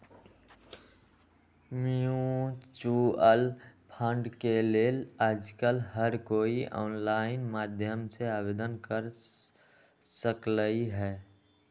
mutual fund के लेल आजकल हर कोई ऑनलाईन माध्यम से आवेदन कर सकलई ह